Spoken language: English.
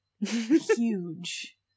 huge